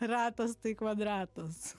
ratas tai kvadratas